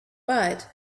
but